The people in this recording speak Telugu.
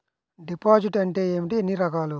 డిపాజిట్ అంటే ఏమిటీ ఎన్ని రకాలు?